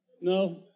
No